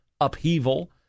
upheaval